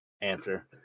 answer